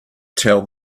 tell